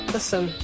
Listen